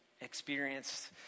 experienced